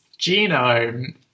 genome